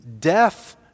death